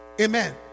Amen